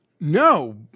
no